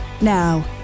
Now